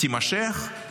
תימשך,